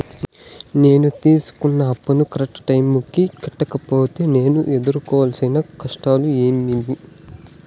నేను తీసుకున్న అప్పును కరెక్టు టైముకి కట్టకపోతే నేను ఎదురుకోవాల్సిన కష్టాలు ఏమీమి?